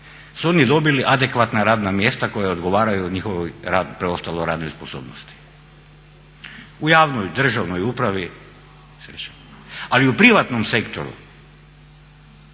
su oni dobili adekvatna radna mjesta koja odgovaraju njihovoj preostaloj radnoj sposobnosti. U javnoj državnoj upravi, ali u privatnom sektoru